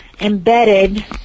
embedded